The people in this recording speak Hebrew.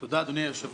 תודה, אדוני היושב-ראש.